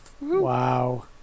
Wow